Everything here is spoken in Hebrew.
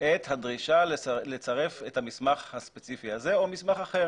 את הדרישה לצרף את המסמך הספציפי הזה או מסמך אחר?